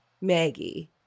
Maggie